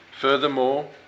Furthermore